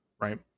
right